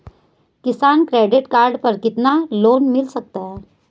किसान credit card पर कितना लोंन मिल सकता है?